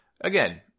again